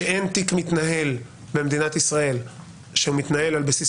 שאין תיק שמתנהל במדינת ישראל על בסיס